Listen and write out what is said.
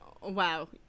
Wow